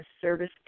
service